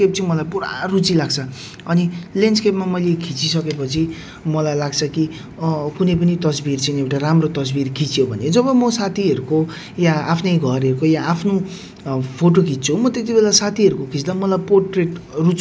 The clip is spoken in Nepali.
राफ्टिङ चाहिँ एकदम हामीले इन्जोय गर्यौँ अनि राफ्टिङ गर्दाखेरि एकदम सेफ्टी है सेफ्टी ज्याकेट्सहरू प्रोभाइड गर्नु भएको थियो अनि त्यहाँ गाइडहरू जति पनि हुनु हुन्छ उहाँहरू एकदम हामीलाई एकदम हेल्प गर्नु भयो अनि राम्रोसँगले हामीले राफ्टिङ गर्यौँ है